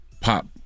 Pop